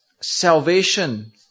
salvation